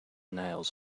nails